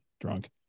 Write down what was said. drunk